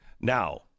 Now